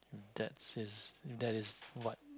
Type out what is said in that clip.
that's is that is what